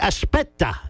Aspetta